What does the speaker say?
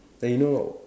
like you know